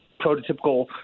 prototypical